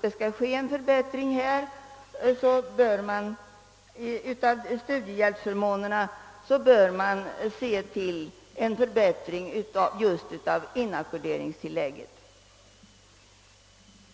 det skall ske en förbättring av studiehjälpsförmånerna så bör den i första hand inriktas på inackorderingstillägget.